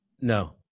No